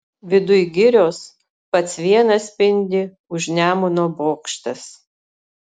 viduj girios pats vienas spindi už nemuno bokštas